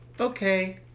okay